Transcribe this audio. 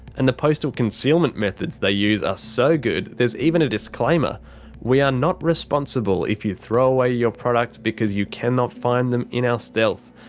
and the postal concealment methods they use are so good, there's even a disclaimer we are not responsible if you throw away your products because you cannot find them in our stealth.